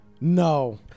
No